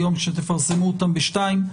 היום כשתפרסמו אותם בשתיים.